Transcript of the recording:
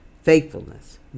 faithfulness